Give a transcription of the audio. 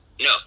no